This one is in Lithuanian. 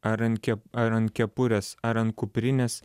ar an ke ar an kepurės ar an kuprinės